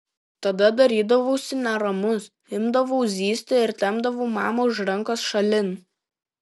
tada darydavausi neramus imdavau zyzti ir tempdavau mamą už rankos šalin